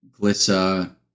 Glissa